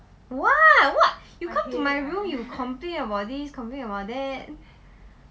!wah! what you come to my room you complain about this complain about that